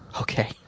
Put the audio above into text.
Okay